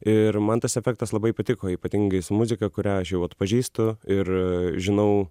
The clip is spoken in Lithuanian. ir man tas efektas labai patiko ypatingai su muzika kurią aš jau atpažįstu ir žinau